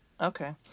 Okay